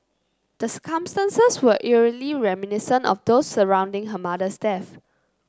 the circumstances were eerily reminiscent of those surrounding her mother's death